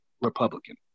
Republican